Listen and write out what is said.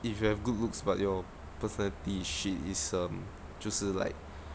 if you have good looks but your personality is shit is um 就是 like